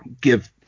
give